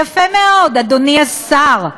יפה מאוד, אדוני השר.